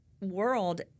world